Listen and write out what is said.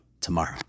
tomorrow